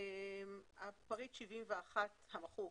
פריט 71 המחוק,